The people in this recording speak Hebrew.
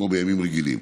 כמו בימים רגילים.